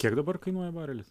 kiek dabar kainuoja barelis